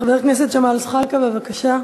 חבר הכנסת ג'מאל זחאלקה, בבקשה.